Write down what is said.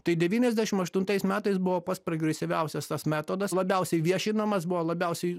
tai devyniasdešim aštuntais metais buvo pats progresyviausias tas metodas labiausiai viešinamas buvo labiausiai